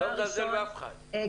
דבר ראשון,